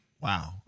Wow